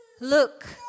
Look